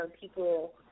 people